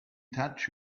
touch